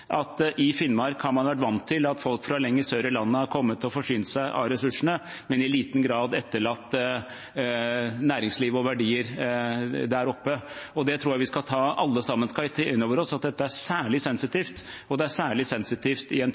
at i Finnmark har man vært vant til at folk fra lenger sør i landet har kommet og forsynt seg av ressursene, men i liten grad etterlatt næringsliv og verdier der oppe. Det tror jeg vi alle sammen skal ta inn over oss. Dette er særlig sensitivt, og det er særlig sensitivt i en